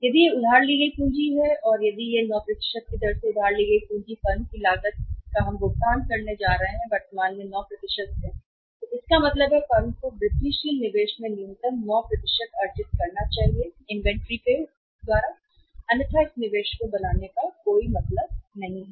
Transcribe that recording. यदि यह उधार ली गई पूंजी है और यदि है 9 की दर से उधार ली गई पूँजी फर्म की लागत का भुगतान हम करने जा रहे हैं वेतन 9 में है इसका मतलब है कि फर्म को वृद्धिशील निवेश से न्यूनतम 9 अर्जित करना चाहिए इन्वेंट्री अन्यथा इस निवेश को बनाने का कोई मतलब नहीं है